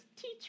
teach